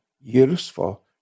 useful